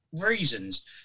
reasons